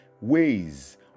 ways